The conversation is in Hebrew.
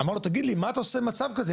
אמר לו תגיד לי מה אתה עושה במצב כזה,